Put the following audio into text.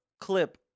clip